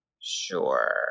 sure